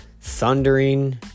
thundering